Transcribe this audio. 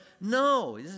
no